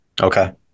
Okay